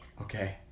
Okay